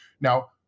Now